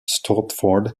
stortford